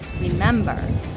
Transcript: remember